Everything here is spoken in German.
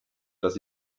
dass